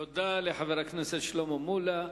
תודה לחבר הכנסת שלמה מולה.